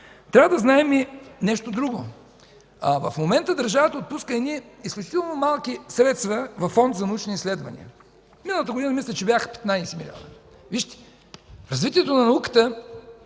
Трябва да знаем и нещо друго. В момента държавата отпуска едни изключително малки средства във фонд за научни изследвания. Миналата година мисля, че бяха 15 милиона. Вижте, развитието на науката,